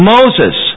Moses